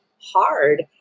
hard